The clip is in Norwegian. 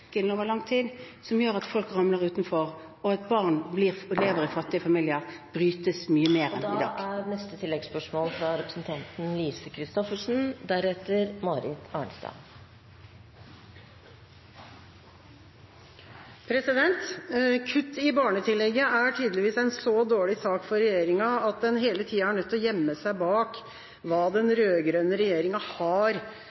over lang tid gjør at folk ramler utenfor, og at barn lever i fattige familier, brytes i større grad. Lise Christoffersen – til oppfølgingsspørsmål. Kutt i barnetillegget er tydeligvis en så dårlig sak for regjeringa at den hele tida er nødt til å gjemme seg bak hva den